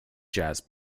jazz